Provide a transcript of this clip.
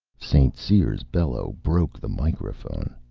st. cyr's bellow broke the microphone.